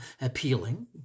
appealing